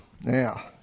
Now